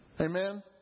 Amen